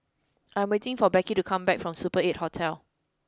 I am waiting for Beckie to come back from Super eight Hotel